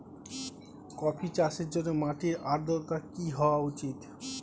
Coffee চাষের জন্য মাটির আর্দ্রতা কি হওয়া উচিৎ?